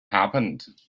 happened